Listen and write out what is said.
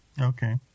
Okay